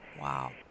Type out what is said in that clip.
Wow